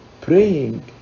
praying